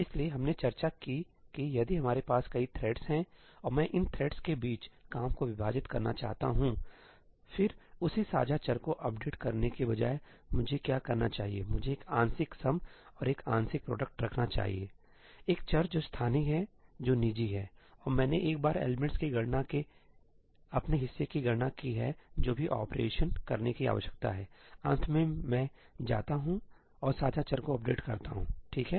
इसलिए हमने चर्चा की कि यदि हमारे पास कई थ्रेड्स हैं और मैं इन थ्रेड्स के बीच काम को विभाजित करना चाहता हूंफिर उसी साझा चर को अपडेट करने के बजाय मुझे क्या करना चाहिएमुझे एक आंशिक समऔर एक आंशिक प्रोडक्ट रखना चाहिए सही एक चर जो स्थानीय हैजो निजी है और मैंने एक बार एलिमेंट्सकी गणना के अपने हिस्से की गणना की हैजो भी ऑपरेशन करने की आवश्यकता हैअंत में मैं जाता हूं और साझा चर को अपडेट करता हूं ठीक है